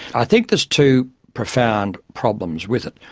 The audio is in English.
i think there's two profound problems with it.